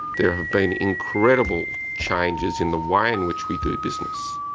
there have been incredible changes in the way in which we do business.